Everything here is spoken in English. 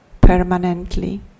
permanently